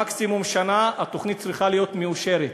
מקסימום שנה, התוכנית צריכה להיות מאושרת.